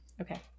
Okay